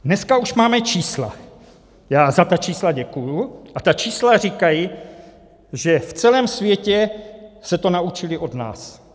Dneska už máme čísla, já za ta čísla děkuji, a ta čísla říkají, že v celém světě se to naučili od nás.